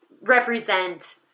represent